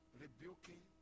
rebuking